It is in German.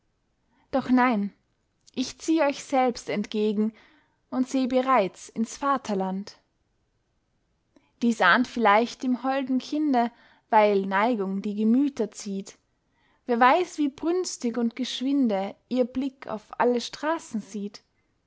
doch nein ich zieh euch selbst entgegen und seh bereits ins vaterland dies ahnt vielleicht dem holden kinde weil neigung die gemüter zieht wer weiß wie brünstig und geschwinde ihr blick auf alle straßen sieht